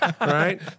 right